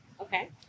Okay